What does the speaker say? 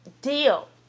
deal